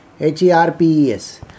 H-E-R-P-E-S